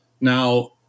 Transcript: now